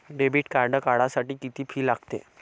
Debit card काढण्यासाठी किती fee लागते?